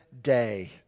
day